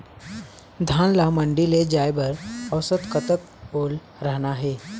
धान ला मंडी ले जाय बर औसत कतक ओल रहना हे?